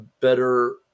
better